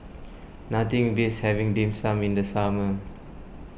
nothing beats having Dim Sum in the summer